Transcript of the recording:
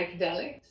psychedelics